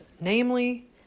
namely